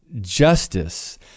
justice